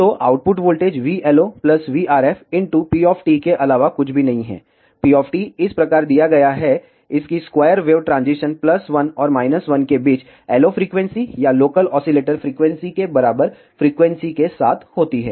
तो आउटपुट वोल्टेजvLO vRF p के अलावा कुछ भी नहीं है p इस प्रकार दिया गया है इसकी स्क्वायर वेव ट्रांजीशन 1 और 1 के बीच LO फ्रीक्वेंसी या लोकल ऑसीलेटर फ्रीक्वेंसी के बराबर फ्रीक्वेंसी के साथ होती है